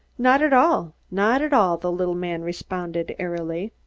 not at all, not at all, the little man responded airily.